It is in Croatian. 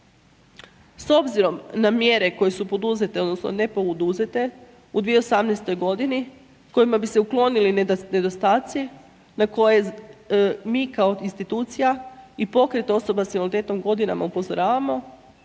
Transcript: S obzirom na mjere koje su poduzete, odnosno ne poduzete u 2018. godini kojima bi se otklonili nedostaci na koje mi kao institucija i pokret osoba sa invaliditetom godinama upozoravamo,